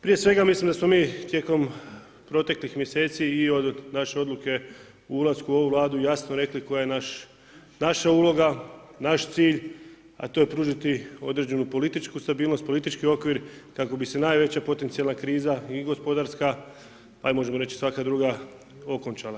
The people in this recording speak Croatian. Prije svega mislim da smo mi tijekom proteklih mjeseci i od naše odluke o ulasku u ovu Vladu jasno rekli koja je naša uloga, naš cilj, a to je pružiti određenu političku stabilnost, politički okvir kako bi se najveća potencijalna kriza i gospodarska, možemo reći i svaka druga okončala.